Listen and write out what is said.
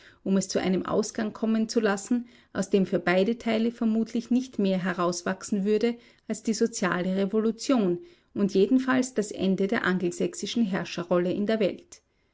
um es zu einem ausgang kommen zu lassen aus dem für beide teile vermutlich nicht mehr herauswachsen würde als die soziale revolution und jedenfalls das ende der angelsächsischen herrscherrolle in der welt